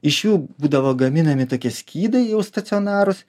iš jų būdavo gaminami tokie skydai jau stacionarūs